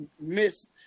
miss